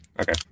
Okay